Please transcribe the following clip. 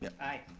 aye.